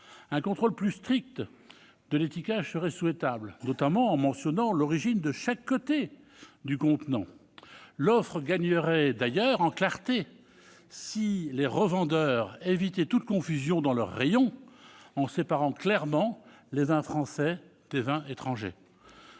Un contrôle plus strict de l'étiquetage serait souhaitable, notamment en mentionnant l'origine de chaque côté du contenant. L'offre gagnerait d'ailleurs en clarté si les revendeurs évitaient toute confusion dans leurs rayons en séparant clairement les vins français des vins étrangers.